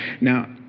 now